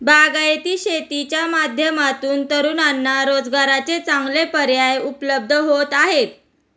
बागायती शेतीच्या माध्यमातून तरुणांना रोजगाराचे चांगले पर्याय उपलब्ध होत आहेत